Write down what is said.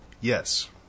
Yes